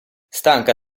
stanca